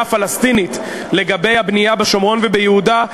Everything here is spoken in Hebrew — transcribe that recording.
הפלסטינית לגבי הבנייה בשומרון וביהודה,